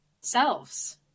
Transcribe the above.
selves